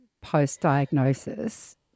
post-diagnosis